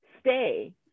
stay